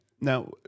now